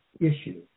issue